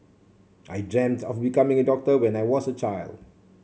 I dreamt of becoming a doctor when I was a child